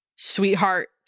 sweetheart